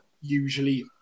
usually